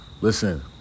Listen